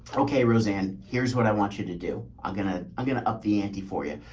okay, roseanne, here's what i want you to do. i'm going to, i'm going to up the ante for you.